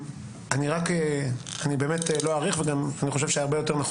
אני באמת לא אאריך וגם אני חושב שיותר נכון